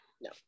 No